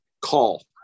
call